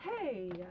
Hey